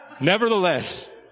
Nevertheless